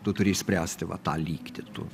tu turi išspręsti va tą lygtį tu